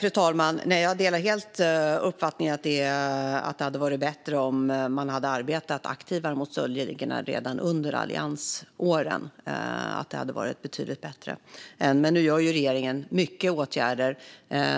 Fru talman! Jag delar uppfattningen att det hade varit betydligt bättre om man hade arbetat aktivare mot stöldligorna redan under alliansåren. Men nu gör regeringen många åtgärder